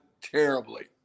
terribly